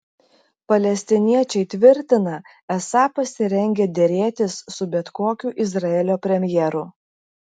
palestiniečiai tvirtina esą pasirengę derėtis su bet kokiu izraelio premjeru